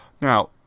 Now